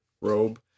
robe